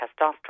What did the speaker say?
testosterone